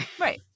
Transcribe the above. Right